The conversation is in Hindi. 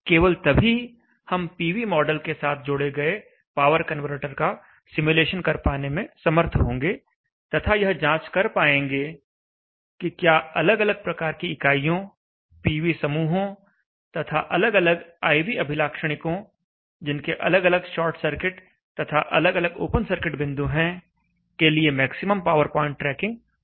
केवल तभी हम पीवी मॉडल के साथ जोड़े गए पावर कनवर्टर का सिमुलेशन कर पाने में समर्थ होंगे तथा यह जांच कर पाएंगे कि क्या अलग अलग प्रकार की इकाइयों पीवी समूहों तथा अलग अलग I V अभिलाक्षणिकों जिनके अलग अलग शॉर्ट सर्किट तथा अलग अलग ओपन सर्किट बिंदु हैं के लिए मैक्सिमम पावर प्वाइंट ट्रैकिंग हो रहा है